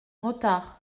retard